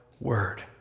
word